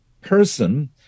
person